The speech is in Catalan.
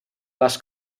les